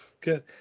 Good